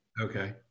Okay